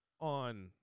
on